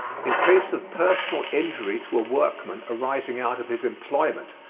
in case of personal injury to a workman arising out of his employment,